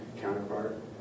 counterpart